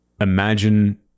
imagine